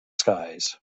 skies